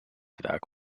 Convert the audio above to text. werk